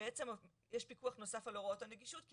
בעצם יש פיקוח נוסף על הוראות הנגישות כי